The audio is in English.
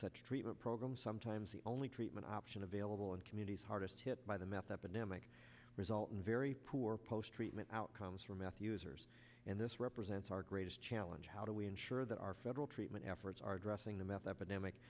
such treatment program sometimes the only treatment option available in communities hardest hit by the meth epidemic result in very poor post treatment outcomes for meth users and this represents our greatest challenge how do we ensure that our federal treatment efforts are addressing the meth epidemic